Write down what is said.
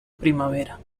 primavera